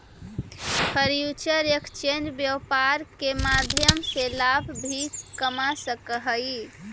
future exchange व्यापार के माध्यम से लाभ भी कमा सकऽ हइ